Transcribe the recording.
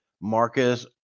Marcus